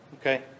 Okay